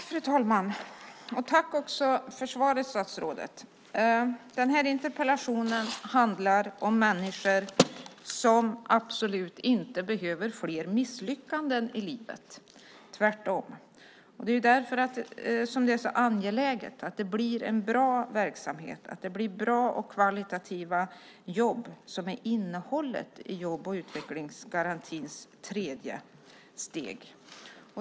Fru talman! Jag vill börja med att tacka statsrådet för svaret. Den här interpellationen handlar om människor som absolut inte behöver fler misslyckanden i livet, tvärtom. Därför är det så angeläget att det blir en bra verksamhet, att bra och kvalitativa jobb blir innehållet i jobb och utvecklingsgarantins tredje steg.